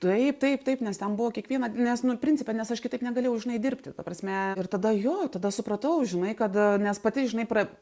taip taip taip nes ten buvo kiekvieną nes nu principe nes aš kitaip negalėjau žinai dirbti ta prasme ir tada jo tada supratau žinai kad nes pati žinai pra